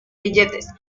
billetes